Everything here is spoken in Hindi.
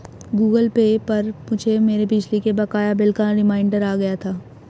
गूगल पे पर मुझे मेरे बिजली के बकाया बिल का रिमाइन्डर आ गया था